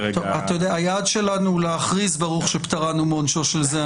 היעד שלנו הוא להכריז ברוך שפטרנו מעונשו של זה,